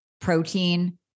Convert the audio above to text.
protein